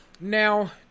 now